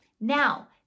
now